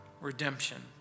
redemption